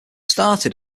started